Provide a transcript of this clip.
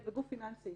פיננסי,